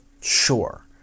Sure